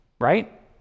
right